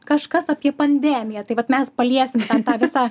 kažkas apie pandemiją tai vat mes paliesim tą visą